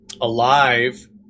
alive